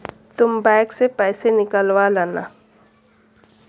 तुम बैंक से पैसे निकलवा लाना